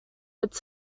its